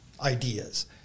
ideas